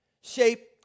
shape